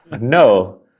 No